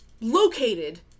located